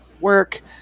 work